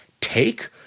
take